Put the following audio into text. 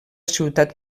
ciutat